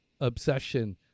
obsession